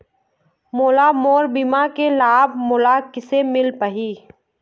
मोला मोर बीमा के लाभ मोला किसे मिल पाही?